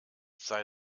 sei